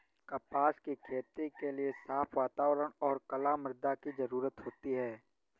कपास की खेती के लिए साफ़ वातावरण और कला मृदा की जरुरत होती है